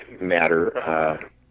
matter